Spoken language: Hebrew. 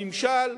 הממשל,